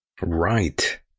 Right